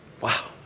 Wow